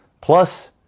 plus